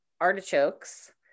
artichokes